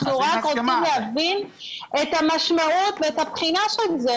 אנחנו רק רוצים להבין את המשמעות ואת הבחינה של זה.